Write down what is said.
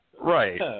right